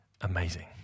amazing